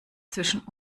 zwischen